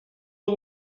the